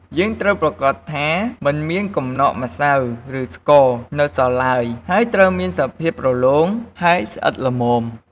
យើងត្រូវប្រាកដថាមិនមានកំណកម្សៅ ឬស្ករនៅសល់ឡើយ ហើយត្រូវមានសភាពរលោងហើយស្អិតល្មម។